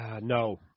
No